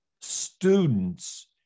students